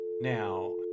Now